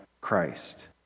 Christ